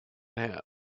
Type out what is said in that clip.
hat